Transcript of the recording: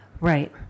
Right